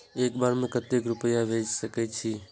एक बार में केते रूपया भेज सके छी?